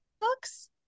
books